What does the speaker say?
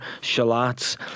shallots